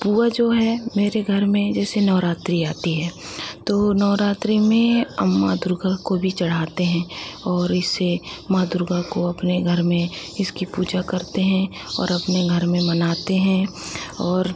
पुआ जो है मेरे घर में जैसे नवरात्रि आती है तो नवरात्रि में माँ दुर्गा को भी चढ़ाते हैं और इसे माँ दुर्गा को अपने घर में इसकी पूजा करते हैं और अपने घर में मनाते हैं और